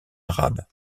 arabe